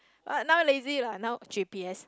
but now lazy lah now G_P_S